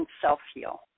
self-heal